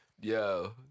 Yo